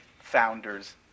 founders